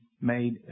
made